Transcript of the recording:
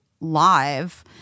live